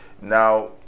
now